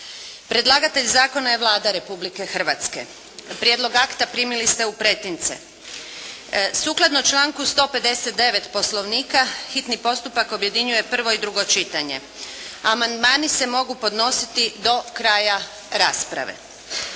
Predlagatelj Zakona je Vlada Republike Hrvatske, prijedlog akta primili ste u pretince. Sukladno članku 159. Poslovnika hitni postupak objedinjuje prvo i drugo čitanje. Amandmani se mogu podnositi do kraja rasprave.